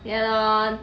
ya lor